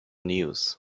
news